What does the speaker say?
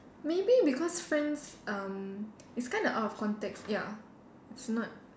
maybe because friends um is kind of out of context ya it's not